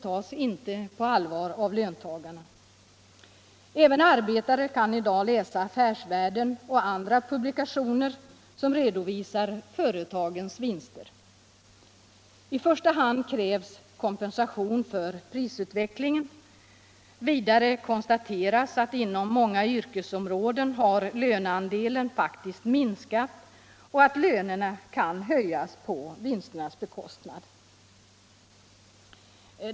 tas inte på allvar av löntagarna. Även arbetare kan i dag läsa Affärsvärlden och andra publikationer som redovisar företagens vinster. I första hand krävs kompensation för prisutvecklingen. Vidare konstateras att inom många yrkesområden har löneandelen faktiskt minskat och att lönerna kan höjas på vinsternas bekostnad.